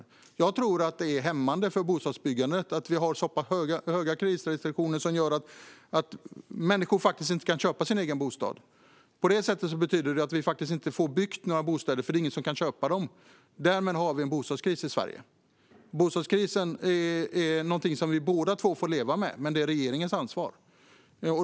Jag tror att det är hämmande för bostadsbyggandet att vi har så starka kreditrestriktioner som gör att människor faktiskt inte kan köpa sig en egen bostad. Det betyder att vi inte får några bostäder byggda, för det är ingen som kan köpa dem. Därmed har vi en bostadskris i Sverige. Bostadskrisen är någonting som vi båda två får leva med, men det är regeringens ansvar.